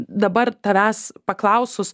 dabar tavęs paklausus